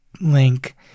link